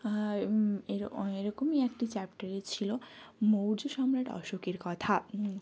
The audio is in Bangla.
আর এরকম এরকমই একটি চ্যাপটারে ছিলো মৌর্য সম্রাট অশোকের কথা